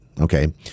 Okay